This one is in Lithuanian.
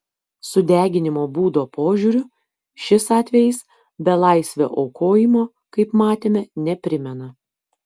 sudeginimo būdo požiūriu šis atvejis belaisvio aukojimo kaip matėme neprimena